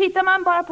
I